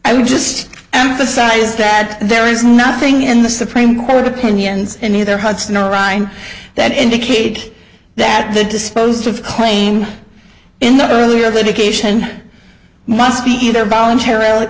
i would just emphasize that there is nothing in the supreme court opinions in either hunts neuron that indicated that the disposed of claimed in the earlier litigation must be either voluntarily